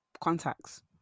contacts